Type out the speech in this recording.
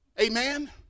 Amen